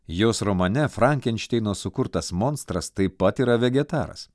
jos romane frankenšteino sukurtas monstras taip pat yra vegetaras